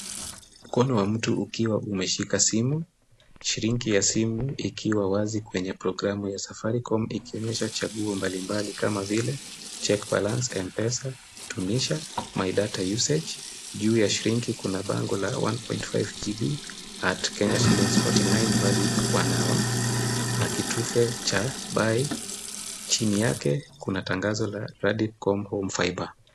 Mkono wa mtu ukiwa umeshika simu, skrini ya simu ikiwa wazi kwenye programu ya Safaricom, ikionyesha chaguo mbalimbali kama vile, check balance , Mpesa, tumisha, my data usage , juu ya skrini kuna bango la one point five gb at Kenya shillings forty nine valued one hour na kitufe cha buy , chini yake kuna tangazo la Safaricom Home Fibre.